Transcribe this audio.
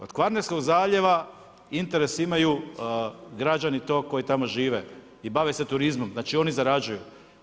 Od Kvarnerskog zaljeva interes imaju građani koji tamo žive u bave se turizmom, znači oni zarađuju.